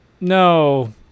no